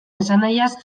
esanahiaz